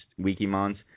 Wikimons